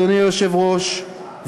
אדוני היושב-ראש,